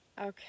Okay